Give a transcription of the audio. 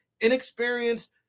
inexperienced